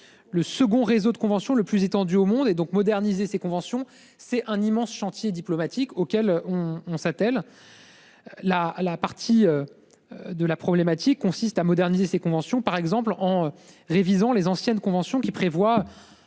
le second réseau de convention le plus étendu au monde et donc moderniser ses conventions. C'est un immense chantier diplomatique auquel on s'attelle. La la partie. De la problématique consiste à moderniser ses conventions par exemple en révisant les anciennes conventions qui prévoit.